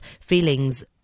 feelings